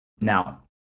Now